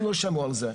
הם לא שמעו על זה,